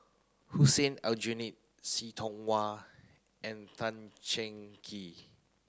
Hussein Aljunied See Tiong Wah and Tan Cheng Kee